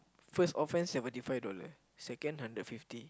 first offence seventy five dollar second hundred fifty